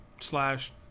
Slash